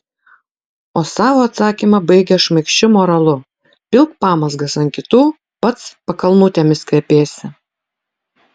o savo atsakymą baigia šmaikščiu moralu pilk pamazgas ant kitų pats pakalnutėmis kvepėsi